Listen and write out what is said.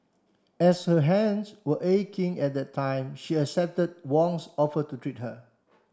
as her hands were aching at that time she accepted Wong's offer to treat her